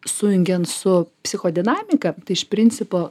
sujungiant su psichodinamika iš principo